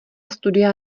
studia